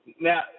Now